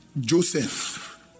Joseph